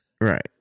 Right